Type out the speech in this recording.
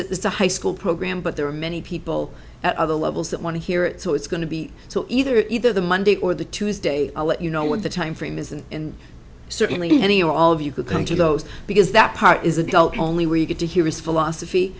because it's a high school program but there are many people at other levels that want to hear it so it's going to be so either either the monday or the tuesday i'll let you know what the time frame is and certainly any or all of you could come to those because that part is adult only where you get to hear his philosophy